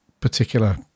particular